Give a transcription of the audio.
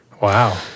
Wow